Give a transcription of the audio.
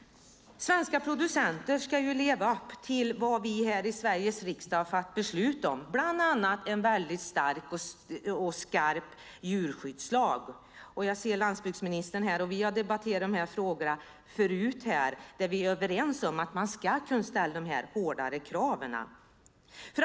Svenska producenter ska leva upp till vad vi i Sveriges riksdag fattar beslut om, bland annat en stark och skarp djurskyddslag. Jag ser att landsbygdsministern är här. Vi har debatterat frågorna tidigare. Vi är överens om att ställa dessa hårdare krav.